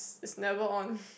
it's never on